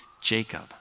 Jacob